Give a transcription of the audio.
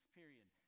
period